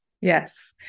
Yes